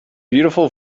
beautiful